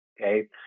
Okay